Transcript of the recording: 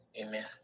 Amen